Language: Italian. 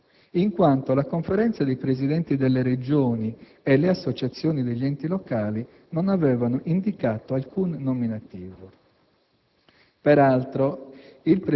designati dall'Esecutivo, in quanto la Conferenza dei Presidenti delle Regioni e le associazioni degli enti locali non avevano indicato alcun nominativo.